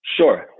Sure